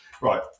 Right